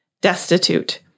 destitute